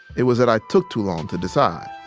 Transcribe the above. it was that i took too long to decide.